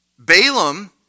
Balaam